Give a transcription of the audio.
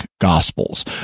Gospels